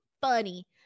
funny